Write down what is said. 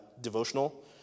devotional